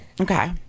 Okay